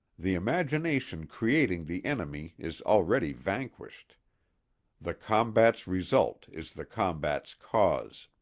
the imagination creating the enemy is already vanquished the combat's result is the combat's cause.